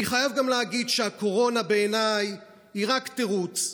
אני חייב גם להגיד שהקורונה בעיניי היא רק תירוץ.